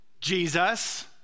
Jesus